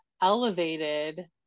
elevated